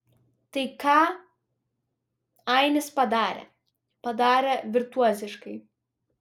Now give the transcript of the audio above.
tai ką ainis padarė padarė virtuoziškai